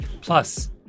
Plus